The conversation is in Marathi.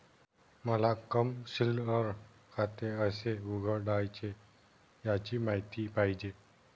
मला कमर्शिअल खाते कसे उघडायचे याची माहिती पाहिजे